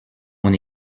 mon